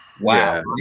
Wow